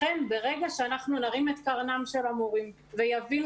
לכן ברגע שאנחנו נרים את קרנם של המורים ויבינו